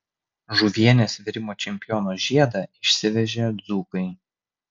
žuvienės virimo čempiono žiedą išsivežė dzūkai